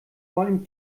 vollen